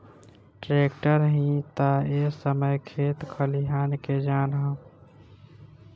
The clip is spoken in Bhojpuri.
ट्रैक्टर ही ता ए समय खेत खलियान के जान ह